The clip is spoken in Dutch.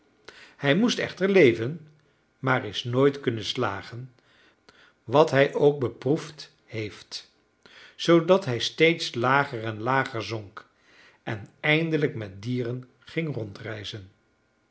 hij moest echter leven maar is nooit kunnen slagen wat hij ook beproefd heeft zoodat hij steeds lager en lager zonk en eindelijk met dieren ging rondreizen